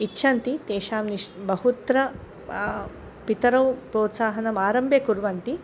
इच्छन्ति तेषां विषये बहुत्र पितरौ प्रोत्साहनम् आरम्भे कुर्वन्ति